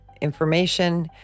information